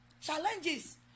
challenges